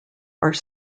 are